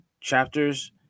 chapters